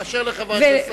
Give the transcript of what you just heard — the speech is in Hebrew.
התשובה ברורה.